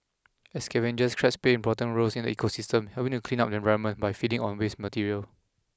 as scavengers crabs play important roles in the ecosystem helping to clean up the environment by feeding on waste material